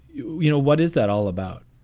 you know, what is that all about?